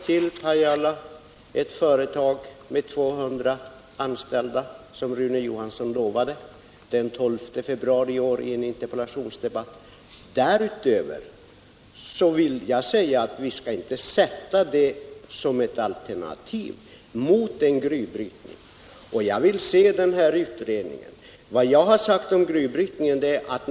Vi behöver ett företag med 200 anställda till Pajala, som Rune Johansson lovade i en interpellationsdebatt den 12 februari i år. Vi skall inte ställa det som ett alternativ till en gruvbrytning. Jag vill se utredningen. Vad jag har sagt om gruvbrytningen är följande.